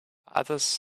others